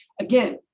again